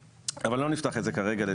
אבל לא נפתח את זה כרגע.